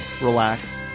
relax